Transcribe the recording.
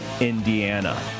Indiana